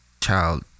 Child